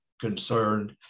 concerned